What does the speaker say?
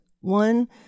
One